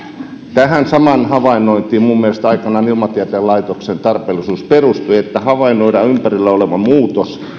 tähän samaan havainnointiin minun mielestäni aikanaan ilmatieteen laitoksen tarpeellisuus perustui että havainnoidaan ympärillä oleva muutos ja